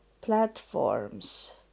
platforms